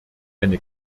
eine